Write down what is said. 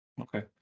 Okay